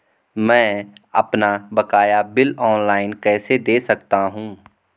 मैं अपना बकाया बिल ऑनलाइन कैसे दें सकता हूँ?